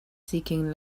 seeking